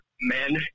men